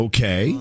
Okay